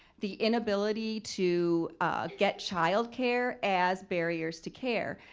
the inability to get child care as barriers to care.